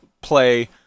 play